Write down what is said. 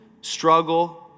struggle